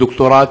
דוקטורט,